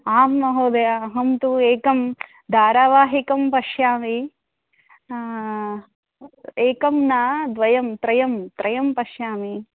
आं महोदय अहं तु एकं दारावाहिकं पश्यामि एकं न द्वयं त्रयं त्रयं पश्यामि